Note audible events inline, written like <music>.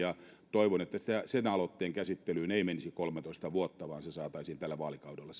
toivon että sen aloitteen käsittelyyn ei menisi kolmeatoista vuotta vaan se saataisiin tällä vaalikaudella <unintelligible>